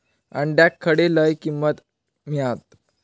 अंड्याक खडे लय किंमत मिळात?